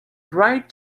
white